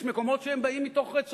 יש מקומות שהם באים מרצונם,